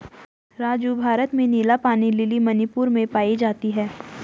राजू भारत में नीला पानी लिली मणिपुर में पाई जाती हैं